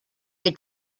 est